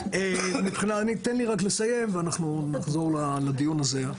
מבחינה, תן לי רק לסיים ואנחנו נעבור לדיון הזה.